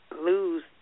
lose